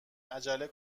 عجله